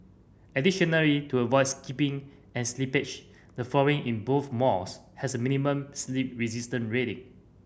additionally to avoid skidding and slippage the flooring in both malls has a minimum slip resistance rating